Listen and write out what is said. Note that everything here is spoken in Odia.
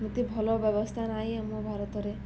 ଏମତି ଭଲ ବ୍ୟବସ୍ଥା ନହିଁ ଆମ ଭାରତରେ